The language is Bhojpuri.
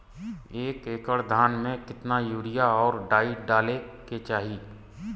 एक एकड़ धान में कितना यूरिया और डाई डाले के चाही?